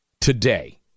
today